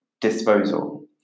disposal